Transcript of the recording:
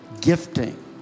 gifting